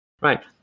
right